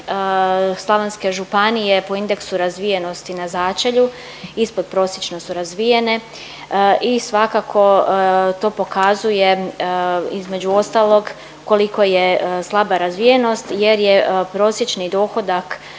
slavonske županije po indeksu razvijenosti na začelju, ispodprosječno su razvijene i svakako to pokazuje između ostalog koliko je slaba razvijenost jer je prosječni dohodak